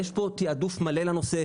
יש פה תיעדוף מלא לנושא,